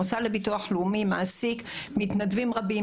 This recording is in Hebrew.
המוסד לביטוח לאומי מעסיק מתנדבים רבים.